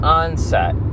onset